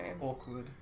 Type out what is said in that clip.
Awkward